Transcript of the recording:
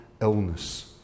illness